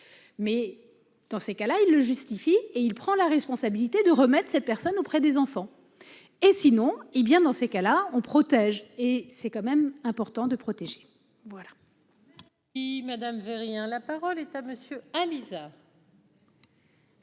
mais dans ces cas-là, il le justifie et il prend la responsabilité de remède cette personne auprès des enfants et, sinon, hé bien dans ces cas-là, on protège et c'est quand même important de protéger voilà. Madame veut rien, la parole est à monsieur Alisa.